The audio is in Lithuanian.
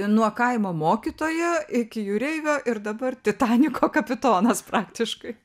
nuo kaimo mokytojo iki jūreivio ir dabar titaniko kapitonas praktiškai